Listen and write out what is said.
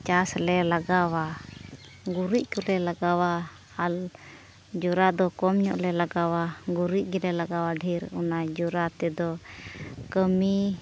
ᱪᱟᱥ ᱞᱮ ᱞᱟᱜᱟᱣᱟ ᱜᱩᱨᱤᱡ ᱠᱚᱞᱮ ᱞᱟᱜᱟᱣᱟ ᱟᱨ ᱡᱚᱨᱟ ᱫᱚ ᱠᱚᱢ ᱧᱚᱜ ᱞᱮ ᱞᱟᱜᱟᱣᱟ ᱜᱩᱨᱤᱡ ᱜᱮᱞᱮ ᱞᱟᱜᱟᱣᱟ ᱰᱷᱮᱨ ᱚᱱᱟ ᱡᱚᱨᱟ ᱛᱮᱫᱚ ᱠᱟᱹᱢᱤ